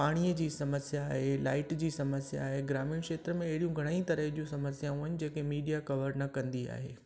पाणीअ जी समस्या आहे लाइट जी समस्या आहे ग्रामीण खेत्र में अहिड़ियूं घणेई तरह जूं समस्याऊं आहिनि जेके मीडिया कवर न कंदी आहे